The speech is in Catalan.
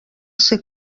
ser